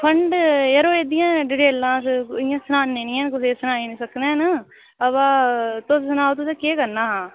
fund जरो एह्दियां डिटेलां अस इ'यां सनान्ने निं हैन कुसै ई सनाई निं सकने हैन अबा तुस सनाओ तुसें केह् करना हा